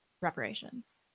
reparations